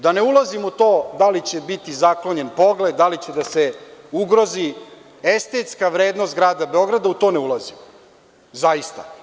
Da ne ulazim u to da li će biti zaklonjen pogled, da li će da se ugrozi estetska vrednost Grada Beograda, u to ne ulazim zaista.